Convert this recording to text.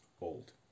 old